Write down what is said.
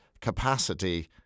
capacity